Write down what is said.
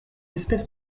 espèces